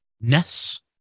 Ness